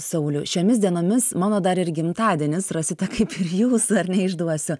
saulių šiomis dienomis mano dar ir gimtadienis rosita kaip jūsų ar ne išduosiu